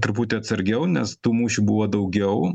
truputį atsargiau nes tų mūšių buvo daugiau